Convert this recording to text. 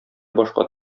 башка